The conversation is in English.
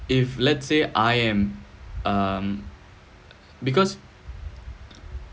if let's say I am um because